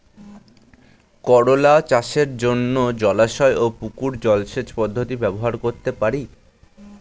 করোলা চাষের জন্য জলাশয় ও পুকুর জলসেচ পদ্ধতি ব্যবহার করতে পারি?